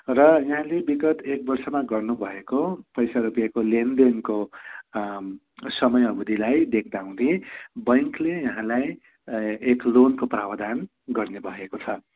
र यहाँले विगत एक वर्षमा गर्नु भएको पैसा रुपियाँको लेनदेनको समय आवधिलाई देख्दाहुँदी ब्याङ्कले यहाँलाई एक लोनको प्रावधान गर्ने भएको छ